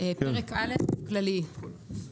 הגדרות1.